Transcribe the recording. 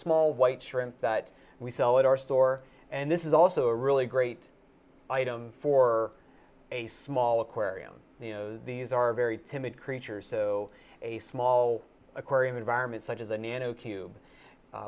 small white shrimp that we sell at our store and this is also a really great item for a small aquarium these are very timid creatures so a small aquarium environment such as